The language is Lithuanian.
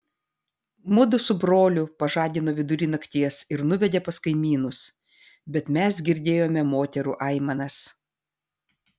mudu su broliu pažadino vidury nakties ir nuvedė pas kaimynus bet mes girdėjome moterų aimanas